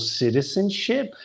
citizenship